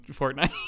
Fortnite